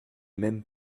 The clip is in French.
même